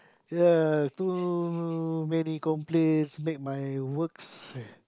ya too many complaints make my works